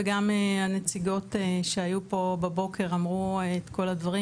וגם הנציגות שהיו פה בבוקר אמרו את כל הדברים,